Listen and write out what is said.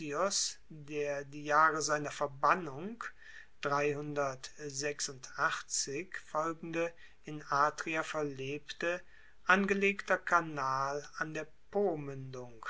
der die jahre seiner verbannung in atria verlebte angelegter kanal an der